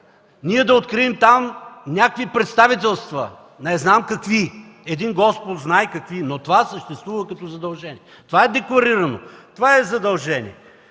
да открием там някакви представителства. Не знам какви, един Господ знае какви, но това съществува като задължение. Това е декларирано, това е задължение!